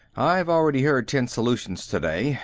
i've already heard ten solutions today.